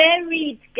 married